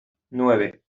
nueve